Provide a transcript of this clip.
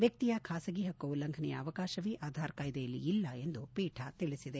ವ್ವಕ್ರಿಯ ಖಾಸಗಿ ಪಕ್ಷು ಉಲ್ಲಂಘನೆಯ ಅವಕಾಶವೇ ಆಧಾರ್ ಕಾಯ್ಲೆಯಲ್ಲಿ ಇಲ್ಲ ಎಂದು ಪೀಠ ತಿಳಿಸಿದೆ